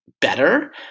better